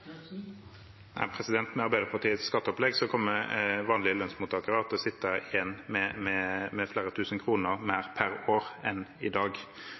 Med Arbeiderpartiets skatteopplegg kommer vanlige lønnsmottakere til å sitte igjen med flere tusen kroner mer per år enn i dag.